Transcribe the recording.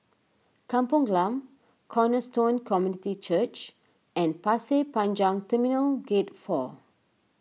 Kampung Glam Cornerstone Community Church and Pasir Panjang Terminal Gate four